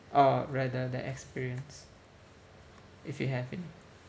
or rather the experience if you have any